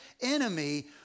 enemy